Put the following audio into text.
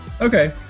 Okay